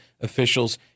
officials